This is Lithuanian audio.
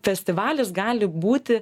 festivalis gali būti